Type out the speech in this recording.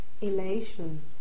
elation